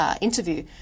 interview